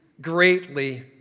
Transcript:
greatly